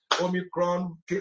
Omicron